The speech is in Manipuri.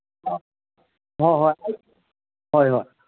ꯑꯥ ꯍꯣꯏ ꯍꯣꯏ ꯍꯣꯏ ꯍꯣꯏ